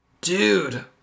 Dude